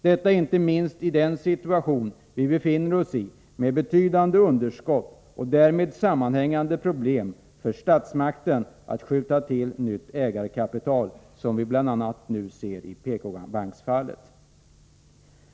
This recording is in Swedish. Detta inte minst i den situation som vi befinner oss i med betydande budgetunderskott och därmed sammanhängande problem för statsmakten att skjuta till nytt ägarkapital — något som vi ser nu bl.a. när det gäller PK-banken.